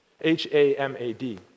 H-A-M-A-D